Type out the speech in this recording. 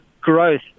growth